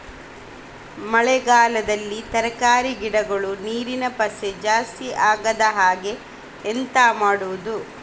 ಮಳೆಗಾಲದಲ್ಲಿ ತರಕಾರಿ ಗಿಡಗಳು ನೀರಿನ ಪಸೆ ಜಾಸ್ತಿ ಆಗದಹಾಗೆ ಎಂತ ಮಾಡುದು?